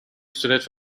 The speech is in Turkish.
süreç